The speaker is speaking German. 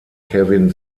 kevin